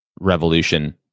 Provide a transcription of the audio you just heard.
revolution